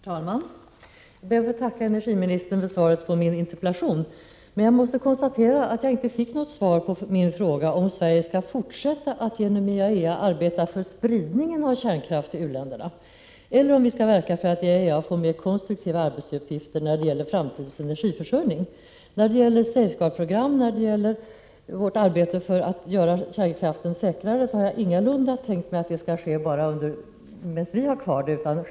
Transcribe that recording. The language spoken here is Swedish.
Herr talman! Jag ber att få tacka energiministern för svaret på min interpellation, men jag måste konstatera att jag inte fick något svar på min fråga om Sverige skall fortsätta att genom IAEA arbeta för spridningen av kärnkraft till u-länderna eller om vi skall verka för att IAEA får mer konstruktiva arbetsuppgifter när det gäller framtidens energiförsörjning. När det gäller safeguardsprogrammet och vårt arbete för att göra kärnkraften säkrare har jag ingalunda tänkt mig att dessa bara skall fortsätta så länge vi har kvar kärnkraften i Sverige.